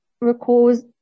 recalls